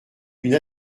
une